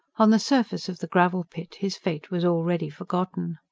on the surface of the gravel pit his fate was already forgotten.